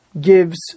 gives